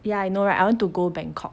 ya I know right I want to go bangkok